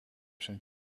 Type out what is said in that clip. zijn